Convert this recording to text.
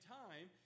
time